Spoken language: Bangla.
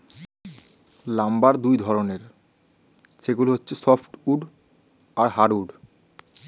লাম্বার দুই ধরনের, সেগুলো হচ্ছে সফ্ট উড আর হার্ড উড